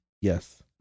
Yes